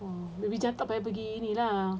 oh tapi macam tak payah pergi ini lah